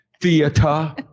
theater